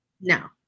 no